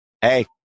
hey